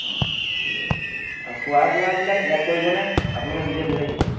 অঁ অঁ ঠিক আছে ঠিক আছে আৰু খোৱা বোৱাবিলাক ইয়াত কৰিবনে আপোনালোকে নিজে লৈ আহিব